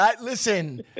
Listen